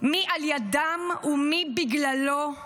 מי על ידם ומי בגללו,